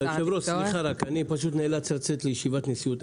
סליחה היושב-ראש, אני נאלץ לצאת לישיבת נשיאות.